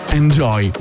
enjoy